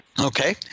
Okay